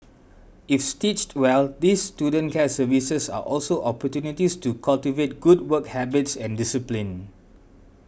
if stitched well these student care services are also opportunities to cultivate good work habits and discipline